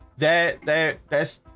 there there there's